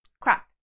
crap